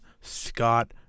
Scott